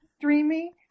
Dreamy